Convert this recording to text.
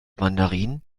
mandarin